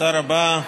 תודה רבה.